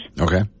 Okay